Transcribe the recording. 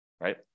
right